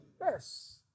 Yes